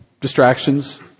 Distractions